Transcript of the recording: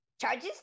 Charges